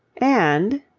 and.